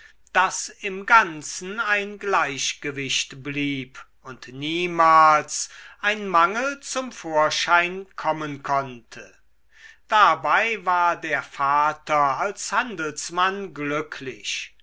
daß im ganzen ein gleichgewicht blieb und niemals ein mangel zum vorschein kommen konnte dabei war der vater als handelsmann glücklich